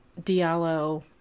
Diallo